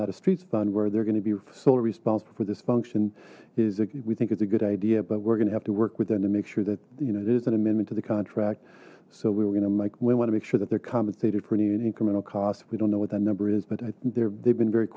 not a street fund where they're going to be solely responsible for this function is we think it's a good idea but we're going to have to work with them to make sure that you know there's an amendment to the contract so we were going to mike we want to make sure that they're compensated for an incremental cost we don't know what that number is but there they've been very